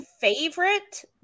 favorite